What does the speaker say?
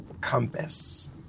compass